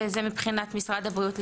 ומבחינת משרד הבריאות,